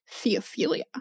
Theophilia